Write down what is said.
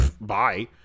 bye